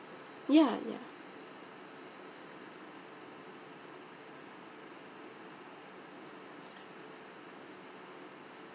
ya ya